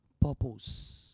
purpose